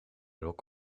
rok